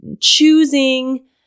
choosing